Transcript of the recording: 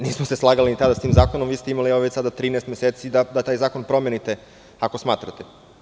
Nismo se slagali ni tada sa tim zakonom, vi ste imali evo već sada 13 meseci da taj zakon promenite, ako smatrate.